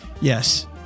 Yes